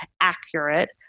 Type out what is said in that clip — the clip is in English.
accurate